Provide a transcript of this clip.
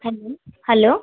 hello hello